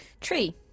Tree